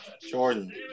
Jordan